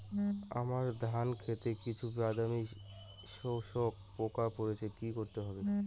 আমার ধন খেতে কিছু বাদামী শোষক পোকা পড়েছে কি করতে হবে?